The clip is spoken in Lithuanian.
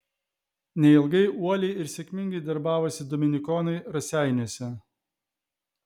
neilgai uoliai ir sėkmingai darbavosi dominikonai raseiniuose